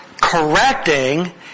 correcting